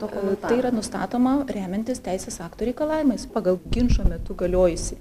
tai yra nustatoma remiantis teisės aktų reikalavimais pagal ginčo metu galiojusį